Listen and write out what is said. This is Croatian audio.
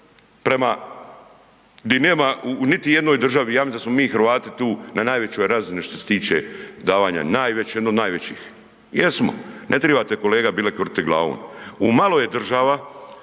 prema, di nema niti u jednoj državi, ja mislim da smo mi Hrvati tu na najvećoj razini što se tiče davanja najveće, jedno od najvećih. Jesmo, ne trebate kolega Bilek, vrtiti glavom. U malo je država,